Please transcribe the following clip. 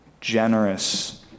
generous